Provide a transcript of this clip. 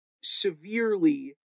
Severely